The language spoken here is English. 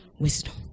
wisdom